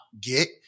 get